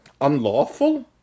Unlawful